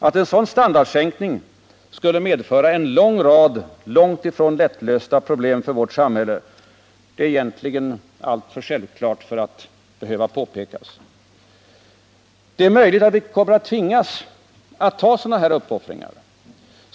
Att en sådan standardsänkning skulle medföra en lång rad långt ifrån lättlösta problem för vårt samhälle är egentligen alltför självklart för att behöva påpekas. Det är möjligt att vi kommer att tvingas att göra dessa uppoffringar.